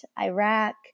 Iraq